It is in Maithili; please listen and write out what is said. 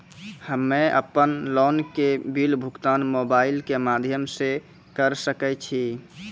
हम्मे अपन लोन के बिल भुगतान मोबाइल के माध्यम से करऽ सके छी?